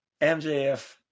MJF